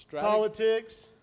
politics